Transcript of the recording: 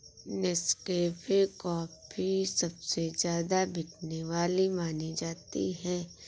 Nescafe coffee सबसे ज्यादा बिकने वाली मानी जाती है